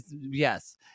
Yes